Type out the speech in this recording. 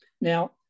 Now